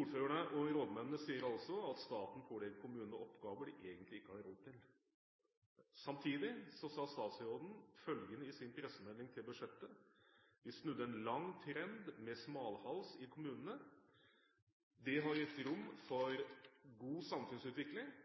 Ordførerne og rådmennene sier altså at staten pålegger kommunene oppgaver de egentlig ikke har råd til. Samtidig sa statsråden følgende i sin pressemelding til budsjettet: «Vi snudde ein lang trend med smalhans i kommunane. Det har gitt rom for god samfunnsutvikling.»